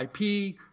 IP